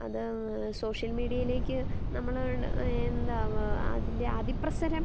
അത് സോഷ്യൽ മീഡിയയിലേക്ക് നമ്മൾ എന്താവുക അതിൻ്റെ അതിപ്രസരം